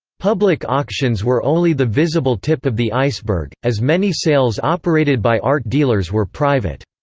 public auctions were only the visible tip of the iceberg, as many sales operated by art dealers were private.